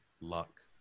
luck